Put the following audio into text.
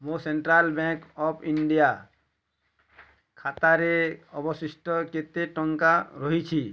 ମୋ central bank of India ଖାତାରେ ଅବଶିଷ୍ଟ କେତେ ଟଙ୍କା ରହିଛି